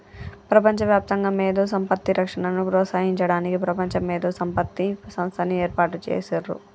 ప్రపంచవ్యాప్తంగా మేధో సంపత్తి రక్షణను ప్రోత్సహించడానికి ప్రపంచ మేధో సంపత్తి సంస్థని ఏర్పాటు చేసిర్రు